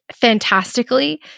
fantastically